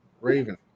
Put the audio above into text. Raven